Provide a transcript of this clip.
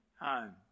home